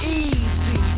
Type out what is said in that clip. easy